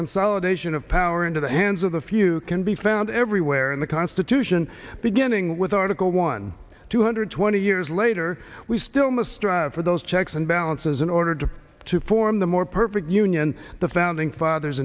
consolidation of power into the hands of the few can be found everywhere in the constitution beginning with article one two hundred twenty years later we still must strive for those checks and balances in order to to form the more perfect union the founding fathers